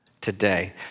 today